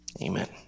Amen